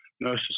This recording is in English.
nurses